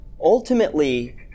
Ultimately